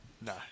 no